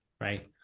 right